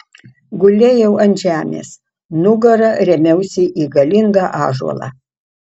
gulėjau ant žemės nugara rėmiausi į galingą ąžuolą